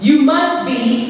you must be